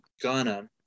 Ghana